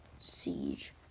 Siege